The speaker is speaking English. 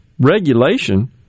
Regulation